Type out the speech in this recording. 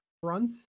front